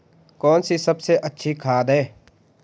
कौन सी सबसे अच्छी खाद है?